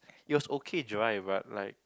it was okay dry but like